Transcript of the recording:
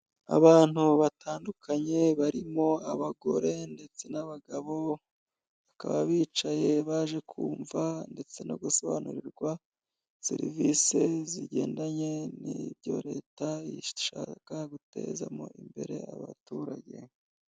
Abantu batandukanye barimo abagore ndetse n' abagabo bakaba bicaye baje kumva ndetse no gusobanurirwa serivise zigendanye n' ibyo leta ishaka gutezamo imbere abaturage.